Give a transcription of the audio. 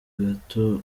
gato